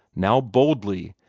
now boldly,